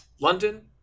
London